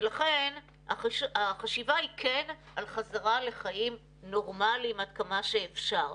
ולכן החשיבה היא כן על חזרה לחיים נורמליים עד כמה שאפשר.